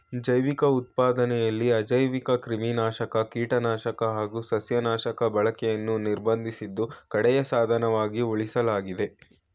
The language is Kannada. ಜೈವಿಕ ಉತ್ಪಾದನೆಲಿ ಅಜೈವಿಕಕ್ರಿಮಿನಾಶಕ ಕೀಟನಾಶಕ ಹಾಗು ಸಸ್ಯನಾಶಕ ಬಳಕೆನ ನಿರ್ಬಂಧಿಸಿದ್ದು ಕಡೆಯ ಸಾಧನವಾಗಿ ಉಳಿಸಲಾಗಿದೆ